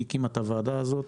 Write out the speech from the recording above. היא הקימה את הוועדה הזאת.